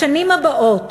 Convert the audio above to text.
בשנים הבאות,